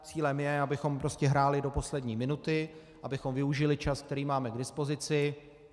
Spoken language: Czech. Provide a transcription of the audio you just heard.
Cílem je, abychom hráli do poslední minuty, abychom využili čas, který máme k dispozici.